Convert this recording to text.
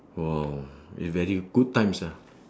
!wow! it's very good times ah